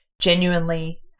genuinely